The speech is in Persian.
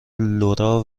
لورا